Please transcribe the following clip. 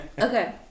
Okay